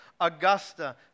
Augusta